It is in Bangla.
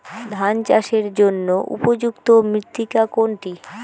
ধান চাষের জন্য উপযুক্ত মৃত্তিকা কোনটি?